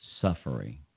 suffering